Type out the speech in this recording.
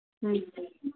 ಹ್ಞೂ